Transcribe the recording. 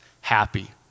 happy